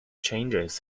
changes